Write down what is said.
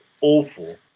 awful